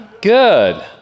Good